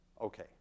Okay